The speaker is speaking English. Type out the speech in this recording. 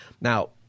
Now